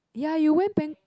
ya you went bang